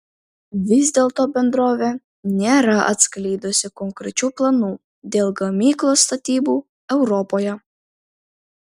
vis dėlto bendrovė nėra atskleidusi konkrečių planų dėl gamyklos statybų europoje